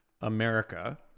America